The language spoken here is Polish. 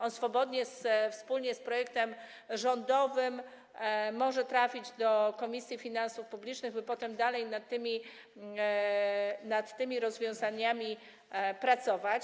On swobodnie wspólnie z projektem rządowym może trafić do Komisji Finansów Publicznych, by potem dalej nad tymi rozwiązaniami pracować.